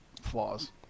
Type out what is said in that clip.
flaws